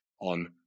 on